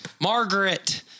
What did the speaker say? Margaret